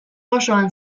osoan